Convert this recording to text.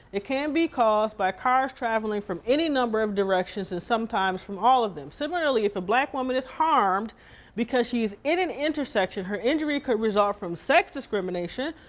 it can be caused by cars traveling from any number of directions and sometimes, from all of them. similarly, if a black woman is harmed because she is in an intersection, her injury could result from sex discrimination.